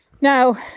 Now